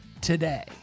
today